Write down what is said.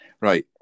right